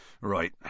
Right